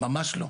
ממש לא.